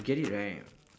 get it right